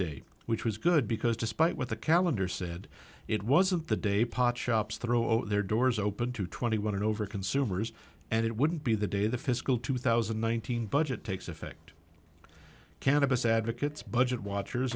day which was good because despite what the calendar said it was of the day pot shops throw their doors open to twenty one and over consumers and it would be the day the fiscal two thousand one thousand budget takes effect cannabis advocates budget watchers